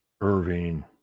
Irving